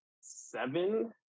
seven